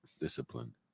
discipline